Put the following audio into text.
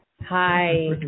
hi